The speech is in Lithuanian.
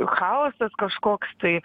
chaosas kažkoks tai